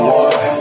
one